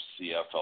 CFL